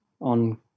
on